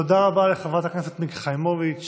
תודה רבה לחברת הכנסת מיקי חיימוביץ'.